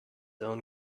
own